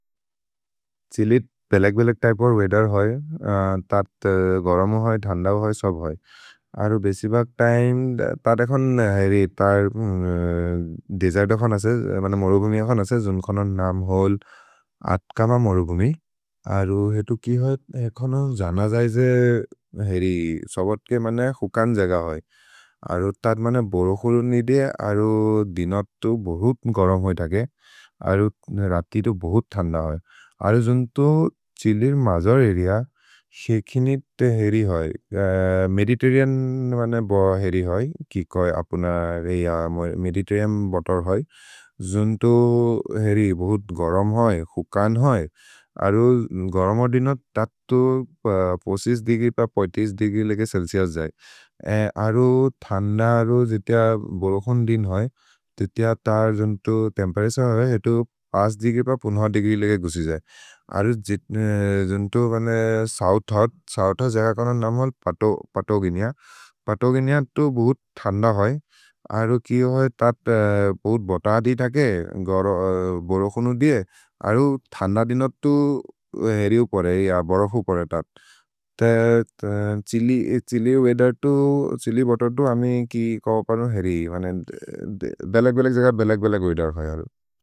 छ्हिलित् वेलक् वेलक् तैपो वेअथेर् होइ, तत् गरम् होइ, धन्द होइ, सब् होइ। अरु बेसि बग् तिमे, तत् एखोन् हेरि, तर् देजैद् अखोन् असे, मन मोरो बुमि अखोन् असे, जुन्खोनोन् नाम् होल् अत्कम मोरो बुमि। अरु हेतु कि होइ, एखोनोन् जन जै जे, हेरि, सबत् के मन हुकन् जेग होइ। अरु तत् मन बोरोखोरु निदिये, अरु दिनर्तु बोहोत् गरम् होइ तके, अरु रति तु बोहोत् थन्द होइ। अरु जुन्तो छिलिर् मजोर् हेरिअ, शेखिनिते हेरि होइ, मेदितेरिअन् ब हेरि होइ, कि कोइ अपुन मेदितेरिअन् वतेर् होइ। जुन्तो हेरि बोहोत् गरम् होइ, हुकन् होइ, अरु गरम दिनत्, तत् तु देग्रि प देग्रि लेके चेल्चिउस् जै। अरु थन्द, अरु जितिअ बोरोखोरु दिन् होइ, जितिअ तर् जुन्तो तेम्पेरतुरे होइ, हेतु पाछ् देग्रि प पम्दर देग्रि लेके गुसि जै। अरु जुन्तो मन सोउथ् होत्, सोउथ् होत् जेग एखोनोन् नाम् होल्, पतोगिनिअ, पतोगिनिअ तुतु बोहोत् थन्द होइ, अरु कि होइ, तत् बोहोत् बोत दि तके, बोरोखोरु दिये, अरु थन्द दिनर्तु हेरि उपोरे, बरोफु उपोरे तत्। छ्हिलि वेअथेर् तु, छिलि वतेर् तु, अमि कि कौपनो हेरि, बलग् बलग् जेखर् बलग् बलग् वेअथेर् होइ अरु।